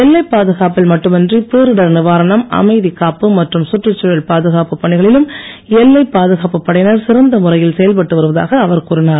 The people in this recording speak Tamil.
எல்லை பாதுகாப்பில் மட்டுமின்றி பேரிடர் நிவாரணம் அமைதி காப்பு மற்றும் சுற்றுச்சூழல் பாதுகாப்பு பணிகளிலும் எல்லை பாதுகாப்புப் படையினர் சிறந்த முறையில் செயல்பட்டு வருவதாக அவர் கூறினார்